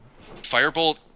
firebolt